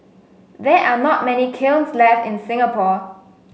there are not many kilns left in Singapore